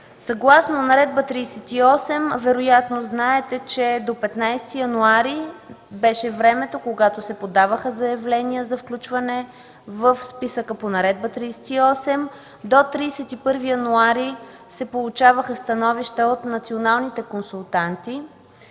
съгласно Наредба № 38 до 15 януари беше времето, когато се подаваха заявления за включване в списъка по Наредба № 38. До 31 януари се получават становища от националните консултанти